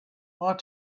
want